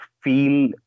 feel